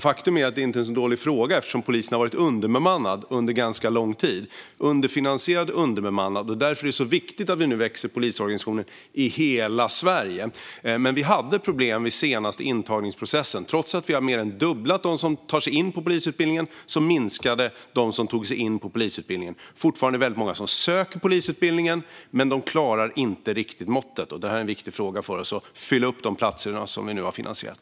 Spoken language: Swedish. Faktum är att det inte är en dålig fråga, eftersom polisen har varit underfinansierad och underbemannad under lång tid. Därför är det viktigt att polisorganisationen nu växer i hela Sverige. Vi hade problem vid den senaste intagningsprocessen. Trots att vi har mer än fördubblat antalet som tas in på polisutbildningen minskade det antal som tog sig in där. Det är fortfarande många som söker till polisutbildningen, men alla håller inte riktigt måttet. Det är en viktig fråga för oss att fylla upp de platser som vi nu har finansierat.